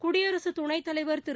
குடியரசுத் துணைத் தலைவர் திரு